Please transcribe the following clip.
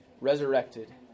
resurrected